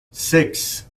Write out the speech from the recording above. six